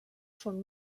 són